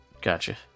Gotcha